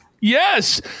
yes